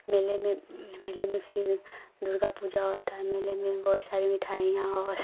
मेले में मेले में फिर दुर्गा पूजा होती है मेले में बहुत सारी मिठाइयाँ और